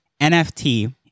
NFT